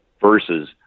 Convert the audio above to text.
versus